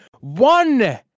one